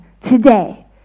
today